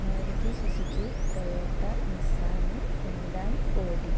Maruti Suzuki Toyota Nissan Hyundai Audi